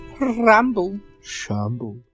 ramble-shamble